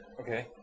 Okay